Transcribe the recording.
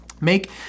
make